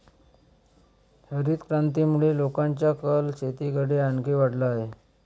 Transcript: हरितक्रांतीमुळे लोकांचा कल शेतीकडे आणखी वाढला आहे